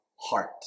heart